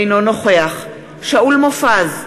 אינו נוכח שאול מופז,